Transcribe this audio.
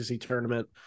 tournament